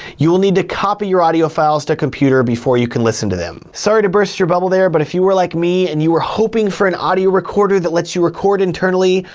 you will need to copy your audio files to a computer before you can listen to them. sorry to burst your bubble there, but if you were like me and you were hoping for an audio recorder that lets you record internally,